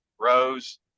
rows